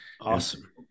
Awesome